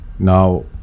Now